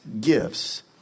gifts